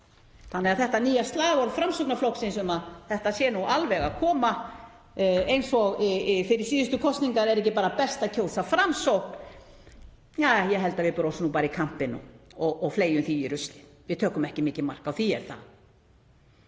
þannig að þetta nýja slagorð Framsóknarflokksins um að þetta sé alveg að koma, eins og fyrir síðustu kosningar, er ekki bara best að kjósa Framsókn? Ég held að við brosum bara í kampinn og fleygjum því í ruslið. Við tökum ekki mikið mark á því, er það?